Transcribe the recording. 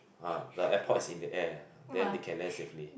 ah the airport is in the air then they can land safely